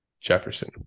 Jefferson